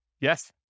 Yes